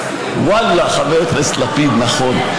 ואללה, חבר הכנסת לפיד, נכון.